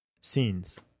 scenes